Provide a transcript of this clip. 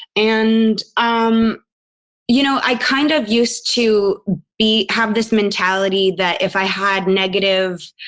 and um you know, i kind of used to be, have this mentality that if i had negative,